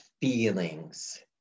feelings